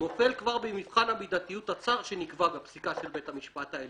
נופל כבר במבחן המידתיות הצר שנקבע בפסיקה של בית המשפט העליון,